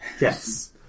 Yes